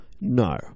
No